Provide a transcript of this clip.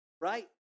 right